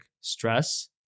stress